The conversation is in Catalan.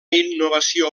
innovació